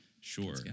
Sure